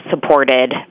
supported